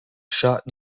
shot